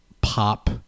pop